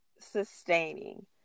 sustaining